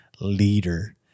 leader